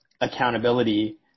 accountability